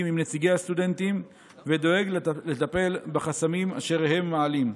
עם נציגי הסטודנטים ודואג לטפל בחסמים אשר הם מעלים.